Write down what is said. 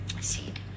seed